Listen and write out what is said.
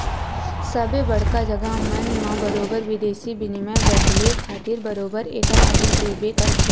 सबे बड़का जघा मन म बरोबर बिदेसी बिनिमय बदले खातिर बरोबर ऐखर ऑफिस रहिबे करथे